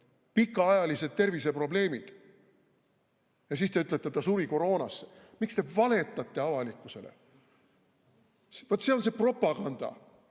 Pikaajalised terviseprobleemid. Ja siis te ütlete, et ta suri koroonasse. Miks te valetate avalikkusele? Vaat see on propaganda.